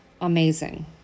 amazing